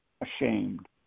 Ashamed